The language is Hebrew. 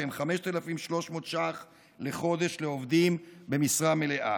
שהם 5,300 שקלים לחודש לעובדים במשרה מלאה.